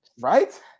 Right